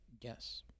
yes